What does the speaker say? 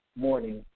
morning